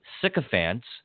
sycophants